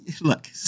look